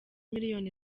miliyoni